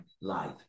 life